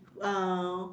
uh